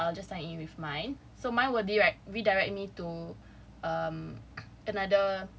so I'll just sign in with mine so mine will be like redirect me to um another